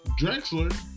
Drexler